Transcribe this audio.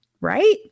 right